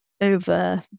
over